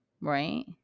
right